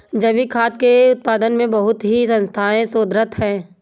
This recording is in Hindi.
जैविक खाद्य के उत्पादन में बहुत ही संस्थाएं शोधरत हैं